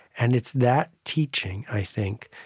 and it's that teaching, i think,